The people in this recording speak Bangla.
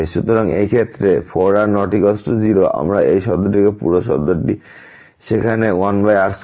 সুতরাং এই ক্ষেত্রে 4r ≠ 0 আমরা এই শব্দটিকে পুরো শব্দটি সেখানে 1r2 এবং 1 বিয়োগ করতে পারি